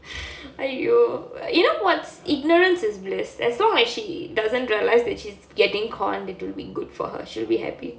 !aiyo! you know what's ignorance is bliss as long as she doesn't realise that she is getting conned it will be good for her she'll be happy